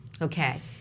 Okay